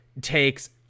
takes